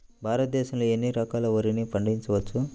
భారతదేశంలో ఎన్ని రకాల వరిని పండించవచ్చు